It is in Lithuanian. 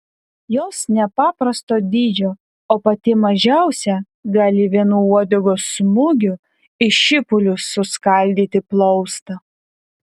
jos nepaprasto dydžio o pati mažiausia gali vienu uodegos smūgiu į šipulius suskaldyti plaustą